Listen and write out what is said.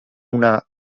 una